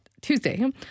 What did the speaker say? Tuesday